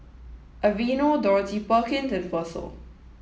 Aveeno Dorothy Perkins and Fossil